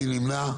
מי נמנע?